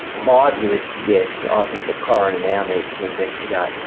my view is yes, i think the coroner now needs to investigate.